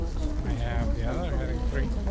i have the other having three.